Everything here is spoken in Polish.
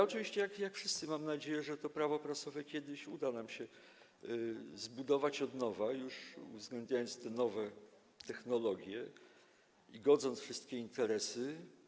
Oczywiście jak wszyscy mam nadzieję, że to Prawo prasowe kiedyś uda nam się stworzyć od nowa, już uwzględniając te nowe technologie i godząc wszystkie interesy.